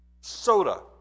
soda